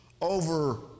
over